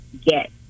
get